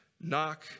Knock